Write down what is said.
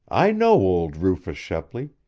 i know old rufus shepley,